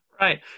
right